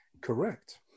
Correct